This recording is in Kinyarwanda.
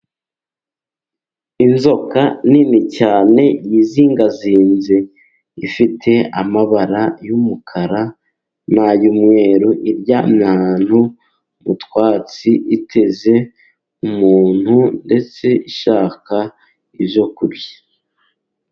Inzoka nini cyane yizingazinze ifite amabara y'umukara nay'umweru , iryamye ahantu mutwatsi iteze umuntu ndetse ishaka ibyo kurya.